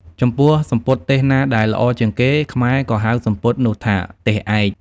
ចំពោះសំពត់ទេសណាដែលល្អជាងមុន ខ្មែរក៏ហៅសំពត់នោះថា «ទេសឯក»។